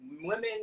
women